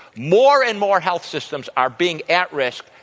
more and more health systems are being at risk,